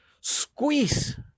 squeeze